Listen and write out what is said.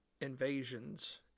invasions